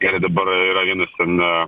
ir dabar yra vienas na